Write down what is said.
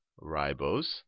ribose